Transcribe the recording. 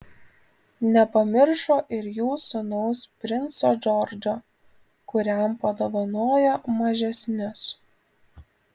nepamiršo ir jų sūnaus princo džordžo kuriam padovanojo mažesnius